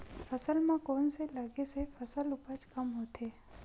फसल म कोन से लगे से फसल उपज कम होथे?